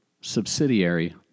subsidiary